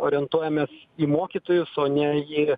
orientuojamės į mokytojus o ne į